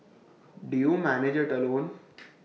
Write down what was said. do you manage IT alone